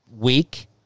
week